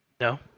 No